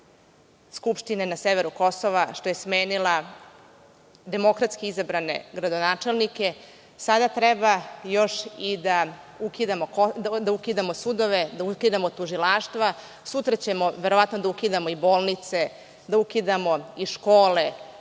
na severu Kosova, što je smenila demokratski izabrane gradonačelnike, sada treba još i da ukidamo sudove, da ukidamo tužilaštva, sutra ćemo verovatno da ukidamo i bolnice, da ukidamo i škole,